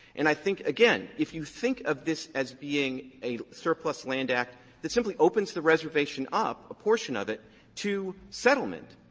and i think, again, if you think of this as being a surplus land act that simply opens the reservation up, a portion of it to settlement,